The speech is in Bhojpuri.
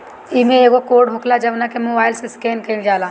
इमें एगो कोड होखेला जवना के मोबाईल से स्केन कईल जाला